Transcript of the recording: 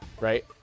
right